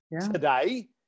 today